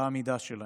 בעמידה שלהם.